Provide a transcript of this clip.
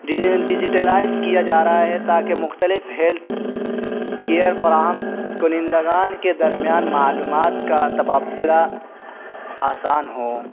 digitalised کیا جا رہا ہے تاکہ مختلف ہیلتھ کیئر فراہم کنندگان کے درمیان معلومات کا تبادلہ آسان ہو